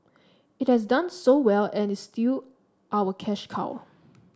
it has done so well and is still our cash cow